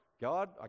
God